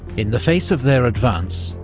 in the face of their advance,